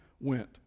went